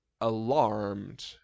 alarmed